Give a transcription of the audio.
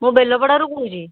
ମୁଁ ବେଲପଡ଼ାରୁ କହୁଛି